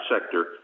sector